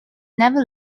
never